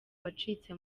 wacitse